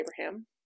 Abraham